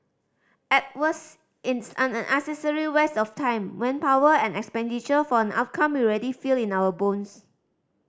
at worst it's an unnecessary waste of time manpower and expenditure for an outcome we already feel in our bones